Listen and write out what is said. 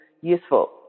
useful